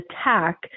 attack